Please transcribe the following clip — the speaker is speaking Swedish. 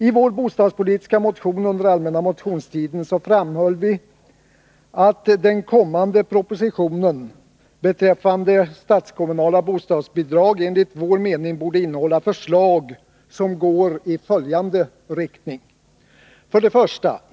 I vår bostadspolitiska motion som väcktes under den allmänna motionstiden framhöll vi att den kommande propositionen beträffande statskommunala bostadsbidrag enligt vår mening borde innehålla förslag som går i följande riktning. 1.